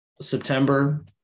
september